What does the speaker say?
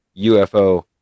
UFO